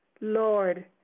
Lord